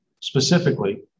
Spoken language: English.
Specifically